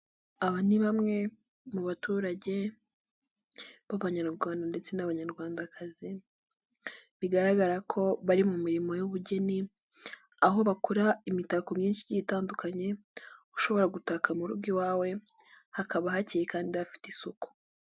Aba ni bamwe mu baturage b'Abanyarwanda ndetse n'Abanyarwandakazi bigaragara ko bari mu mirimo y'ubugeni aho bakora imitako myinshi igiye itandukanye ushobora gutaka mu rugo iwawe hakaba hakeye kandi hafite isuku.